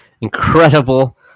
Incredible